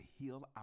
heal